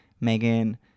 Megan